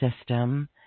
system